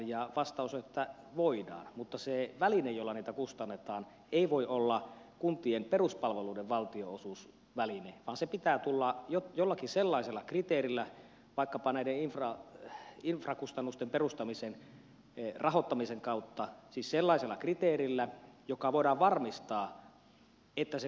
vastaus on että voidaan mutta se väline jolla niitä kustannetaan ei voi olla kuntien peruspalveluiden valtionosuusväline vaan sen pitää tulla jollakin sellaisella kriteerillä vaikkapa näiden infrakustannusten perustamisen rahoittamisen kautta josta voidaan varmistaa että se kohdentuu oikein